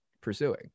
pursuing